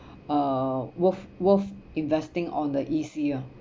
uh worth worth investing on the E_C lah